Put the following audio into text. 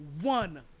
one